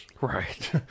Right